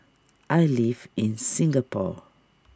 I live in Singapore